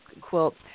quilts